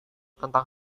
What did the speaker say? tentang